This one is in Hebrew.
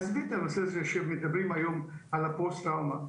עזבי את הנושא הזה שמדברים היום על הפוסט טראומה.